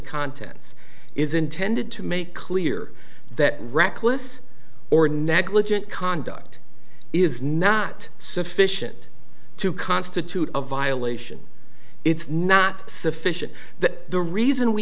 contents is intended to make clear that reckless or negligent conduct is not sufficient to constitute a violation it's not sufficient that the reason we